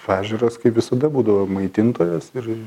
ežeras kaip visada būdavo maitintojas ir